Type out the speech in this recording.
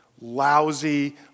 lousy